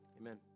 Amen